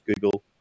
Google